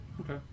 Okay